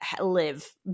live